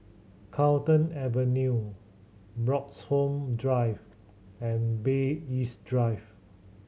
Carlton Avenue Bloxhome Drive and Bay East Drive